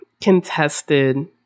contested